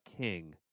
king